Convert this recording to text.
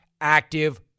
active